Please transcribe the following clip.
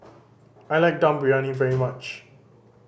I like Dum Briyani very much